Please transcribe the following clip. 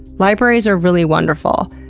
libraries are really wonderful.